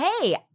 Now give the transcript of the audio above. hey –